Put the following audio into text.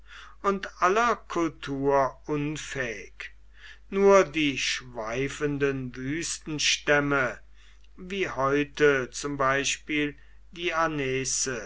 und aller kultur unfähig nur die schweifenden wüstenstämme wie heute zum beispiel die aneze